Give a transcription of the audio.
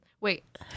Wait